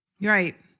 Right